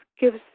gives